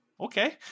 okay